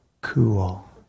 cool